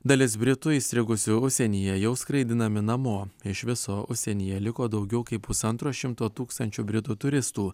dalis britų įstrigusių užsienyje jau skraidinami namo iš viso užsienyje liko daugiau kaip pusantro šimto tūkstančių britų turistų